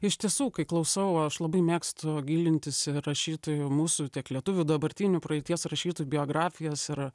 iš tiesų kai klausau aš labai mėgstu gilintis į rašytojų mūsų tiek lietuvių dabartinių praeities rašytojų biografijas ir